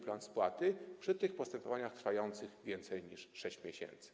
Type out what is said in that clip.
Plan spłaty przy postępowaniach trwających dłużej niż 6 miesięcy